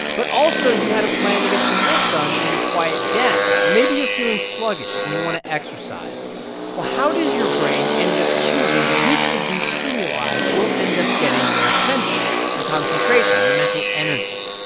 but also, you had a plan to get some work done in your quiet den. or maybe you're feeling sluggish and you want to exercise well, how does your brain end up choosing which of these stimuli will end up getting your attention, your concentration, your mental energy?